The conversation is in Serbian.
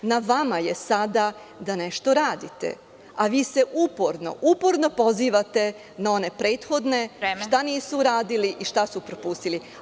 Jer, na vama je sada da nešto radite, a vi se uporno pozivate na one prethodne, šta nisu uradili i šta su propustili.